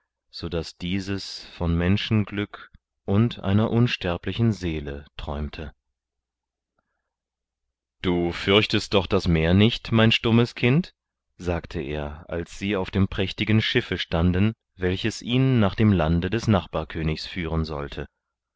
sodaß dieses von menschenglück und einer unsterblichen seele träumte du fürchtest doch das meer nicht mein stummes kind sagte er als sie auf dem prächtigen schiffe standen welches ihn nach dem lande des nachbarkönigs führen sollte